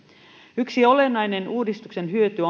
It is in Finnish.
yksi olennainen uudistuksen hyöty